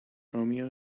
romeo